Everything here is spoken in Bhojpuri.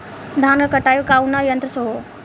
धान क कटाई कउना यंत्र से हो?